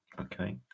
okay